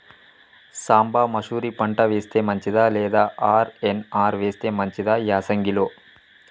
సాంబ మషూరి పంట వేస్తే మంచిదా లేదా ఆర్.ఎన్.ఆర్ వేస్తే మంచిదా యాసంగి లో?